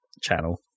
channel